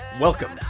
welcome